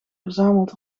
verzameld